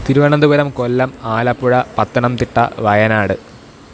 Thiruvananthapuram Kollam Alappuzha Pathanamthitta Wayanad